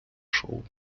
шоу